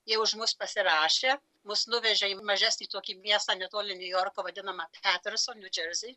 jie už mus pasirašė mus nuvežė į mažesnį tokį miestą netoli niujorko vadinamą peterson nju džersį